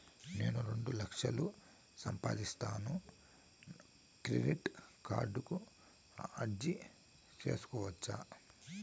నేను రెండు లక్షలు సంపాదిస్తాను, క్రెడిట్ కార్డుకు అర్జీ సేసుకోవచ్చా?